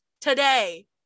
today